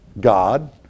God